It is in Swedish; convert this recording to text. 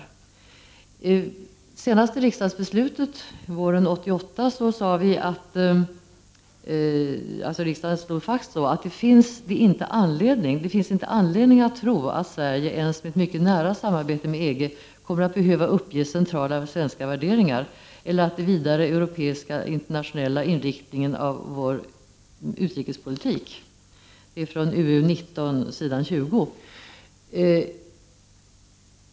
Vid det senaste riksdagsbeslutet våren 1988 slog riksdagen fast att det inte finns ”anledning att tro att Sverige ens med ett mycket nära samarbete med EG kommer att behöva uppge centrala svenska värderingar eller den vidare europeiska och internationella inriktningen av vår utrikespolitik”.